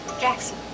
Jackson